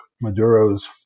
Maduro's